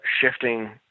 shifting